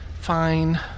fine